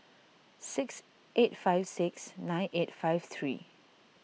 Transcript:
six eight five six nine eight five three